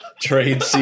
Trade